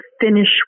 finish